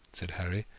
said harry,